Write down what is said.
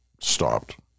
stopped